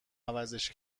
عوضش